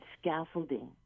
scaffolding